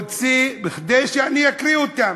כדי שאני אקריא אותם.